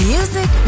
Music